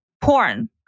porn